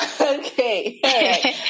Okay